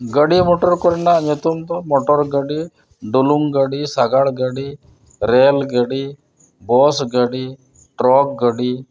ᱜᱟᱹᱰᱤ ᱢᱚᱴᱚᱨ ᱠᱚᱨᱮᱱᱟᱜ ᱧᱩᱛᱩᱢ ᱫᱚ ᱢᱚᱴᱚᱨ ᱜᱟᱹᱰᱤ ᱰᱩᱞᱩᱝ ᱜᱟᱹᱰᱤ ᱥᱟᱜᱟᱲ ᱜᱟᱹᱰᱤ ᱨᱮᱹᱞ ᱜᱟᱹᱰᱤ ᱵᱟᱥ ᱜᱟᱹᱰᱤ ᱴᱨᱟᱠ ᱜᱟᱹᱰᱤ